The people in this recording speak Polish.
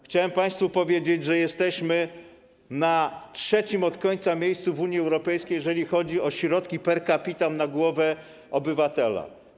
Chciałem państwu powiedzieć, że jesteśmy na trzecim od końca miejscu w Unii Europejskiej, jeżeli chodzi o środki per capita, na głowę, na obywatela.